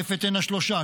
רפת עין השלושה,